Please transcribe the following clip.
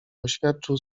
oświadczył